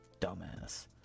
dumbass